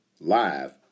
live